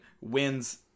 wins